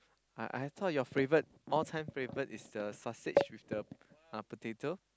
I I thought your favourite all time favourite is the sausage with the uh potato